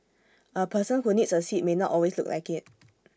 A person who needs A seat may not always look like IT